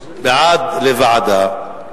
בעד, לוועדה.